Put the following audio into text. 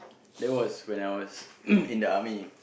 that was when I was in the army